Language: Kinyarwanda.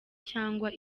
cyangwa